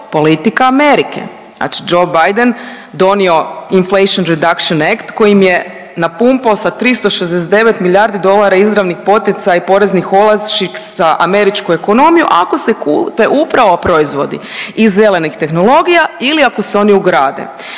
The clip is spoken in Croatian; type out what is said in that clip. politika Amerike, znači Joe Biden donio Inflation Reduction Act kojim je napumpo sa 369 milijardi dolara izravnih poticaja i poreznih olakšica u američku ekonomiju ako se kupe upravo proizvodi iz zelenih tehnologija ili ako se oni ugrade.